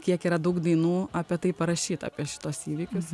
kiek yra daug dainų apie tai parašyti apie šituos įvykius